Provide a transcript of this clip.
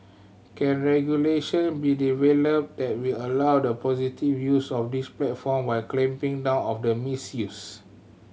can regulation be developed that will allow the positive use of these platform while clamping down on the misuse